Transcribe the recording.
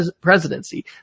presidency